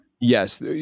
Yes